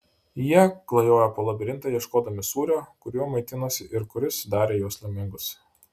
jie klajojo po labirintą ieškodami sūrio kuriuo maitinosi ir kuris darė juos laimingus